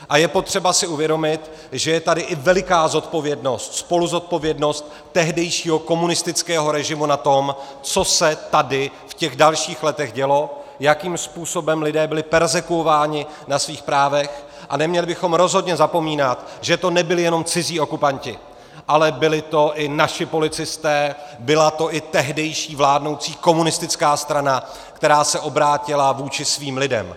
A je potřeba si uvědomit, že je tady i veliká zodpovědnost, spoluzodpovědnost tehdejšího komunistického režimu na tom, co se tady v těch dalších letech dělo, jakým způsobem lidé byli perzekvováni na svých právech, a neměli bychom rozhodně zapomínat, že to nebyli jenom cizí okupanti, ale byli to i naši policisté, byla to i tehdejší vládnoucí komunistická strana, která se obrátila vůči svým lidem.